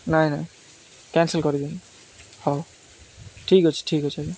ନାଇଁ ନାଇଁ କ୍ୟାନ୍ସେଲ୍ କରିଦିଅନ୍ତୁ ହଉ ଠିକ୍ ଅଛି ଠିକ୍ ଅଛି ଆଜ୍ଞା